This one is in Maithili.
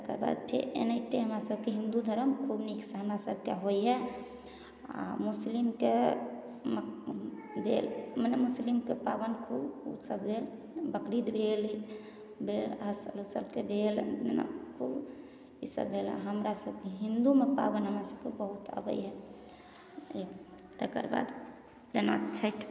तकर बाद फेर एनाहिते हमरासभकेँ हिन्दू धरम खूब नीकसे हमरासभकेँ होइए आओर मुसलिमके भेल मने मुसलिमके पाबनि खूब ओसब भेल बकरी ईद भेल भेल हसल उसलके भेल एना खूब ईसब भेल हमरासभकेँ हिन्दूमे पाबनि हमरासभकेँ बहुत आबैए तकर बाद तेना छठि